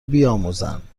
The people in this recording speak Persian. بیاموزند